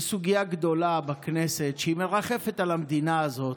יש סוגיה גדולה בכנסת שמרחפת על המדינה הזאת,